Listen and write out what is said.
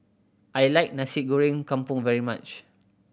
I like Nasi Goreng Kampung very much